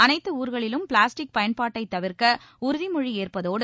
அனைத்து ஊர்களிலும் பிளாஸ்டிக் பயன்பாட்டை தவிர்க்க உறுதிமொழி ஏற்பதோடு